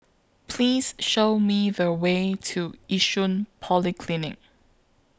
Please Show Me The Way to Yishun Polyclinic